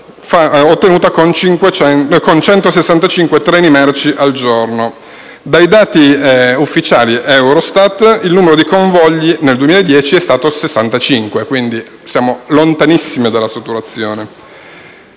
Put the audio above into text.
raggiunta con 165 treni merci al giorno. Dai dati ufficiali Eurostat, il numero di convogli nel 2010 è stato invece di 65, per cui siamo lontanissimi dalla saturazione.